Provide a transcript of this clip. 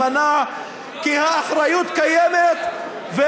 להצטרף לאמנה, כי האחריות קיימת.